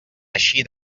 eixir